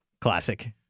Classic